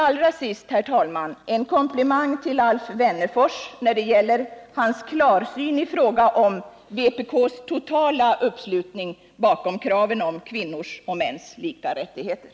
Allra sist, herr talman, en komplimang till Alf Wennerfors för hans klarsyn i fråga om vpk:s totala uppslutning bakom kraven på kvinnors och mäns lika rättigheter.